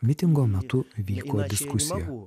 mitingo metu vyko diskusija